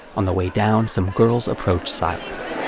on the way down, some girls approach silas.